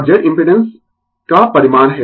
और Z impedance का परिमाण है